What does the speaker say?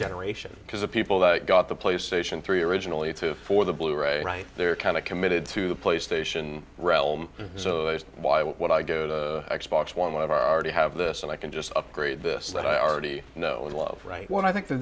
generation because the people that got the playstation three originally two for the blu ray right they're kind of committed to the playstation realm so why would i go to x box one of our to have this and i can just upgrade this that i already know and love right when i think the